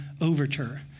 overture